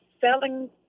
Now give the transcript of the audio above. selling